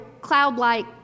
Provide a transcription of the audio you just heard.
cloud-like